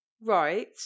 Right